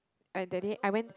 I that day I went